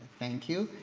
thank you.